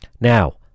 Now